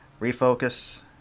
Refocus